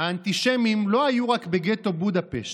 "האנטישמים לא היו רק בגטו בודפשט.